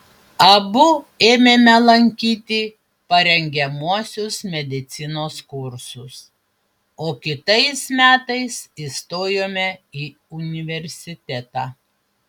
abu ėmėme lankyti parengiamuosius medicinos kursus o kitais metais įstojome į universitetą